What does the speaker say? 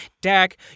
Dak